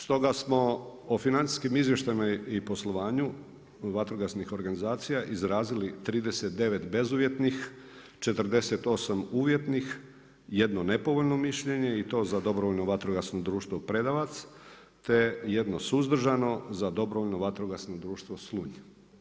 Stoga smo o financijskim izvještajima i poslovanju vatrogasnih organizacija izrazili 39 bezuvjetnih, 48 uvjetnih, jedno nepovoljno mišljenje i to za Dobrovoljno vatrogasno društvo Predavac te jedno suzdržano za Dobrovoljno vatrogasno društvo Slunju.